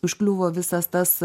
užkliuvo visas tas